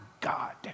God